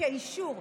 כאישור,